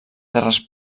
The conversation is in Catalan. terres